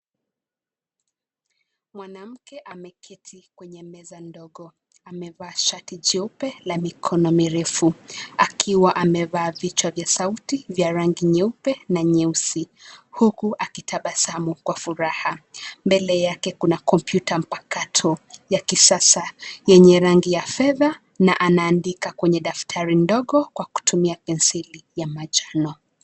Mwanamke ameketi kwenye meza ndogo amevaa shati jeupe la mikono mirefu akiwa amevaa vichwa vya sauti vya rangi nyeupe na nyeusi, huku akitabasamu kwa furaha. Mbele yake kuna Komputa mpakato ya kisasa yenye rangi ya fedha na ana andika kwenye daftari ndogo kwa kutumia penseli ya manjano.